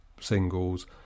singles